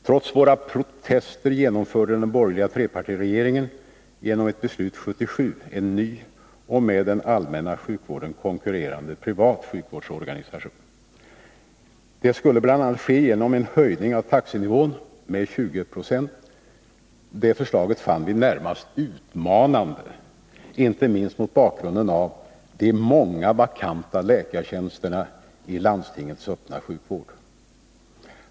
Trots vår protest genomförde den borgerliga trepartiregeringen genom ett beslut 1977 en ny och med den allmänna sjukvården konkurrerande privat sjukvårdsorganisation. Det skedde bl.a. genom en höjning av taxenivån med 20 20. Det förslaget fann vi närmast utmanande, inte minst mot bakgrund av det stora antalet vakanta läkartjänster i landstingens öppna sjukvård.